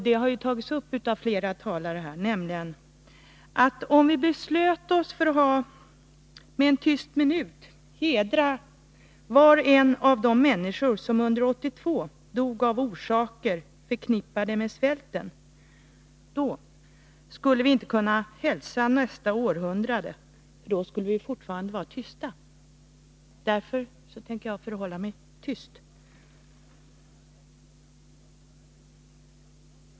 Det har även tagits upp av flera andra talare: Om vi beslöt oss för att med en tyst minut hedra var och en av de människor som under 1982 dog av orsaker förknippade med svälten, skulle vi inte kunna hälsa nästa århundrade. Då skulle vi fortfarande vara tysta. Därför tänker jag förhålla mig tyst.